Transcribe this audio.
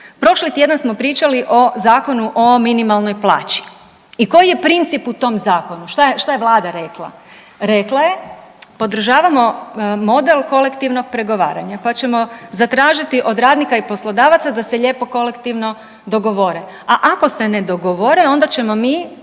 Prošli tjedan smo pričali o Zakonu o minimalnoj plaći i koji je princip u tom zakonu, šta je Vlada rekla? Rekla je podržavamo model kolektivnog pregovaranja pa ćemo zatražiti od radnika i poslodavaca da se lijepo kolektivno dogovore, a ako se ne dogovore, onda ćemo mi